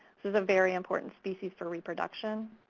so it's a very important species for reproduction,